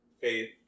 faith